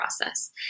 process